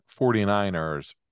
49ers